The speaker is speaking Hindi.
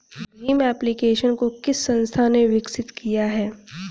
भीम एप्लिकेशन को किस संस्था ने विकसित किया है?